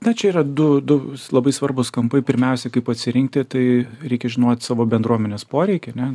na čia yra du du labai svarbūs kampai pirmiausiai kaip atsirinkti tai reikia žinot savo bendruomenės poreikį ane